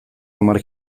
hamar